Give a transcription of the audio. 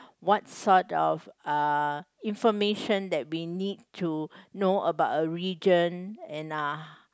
what sort of err information that we need to know about a region and uh